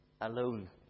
alone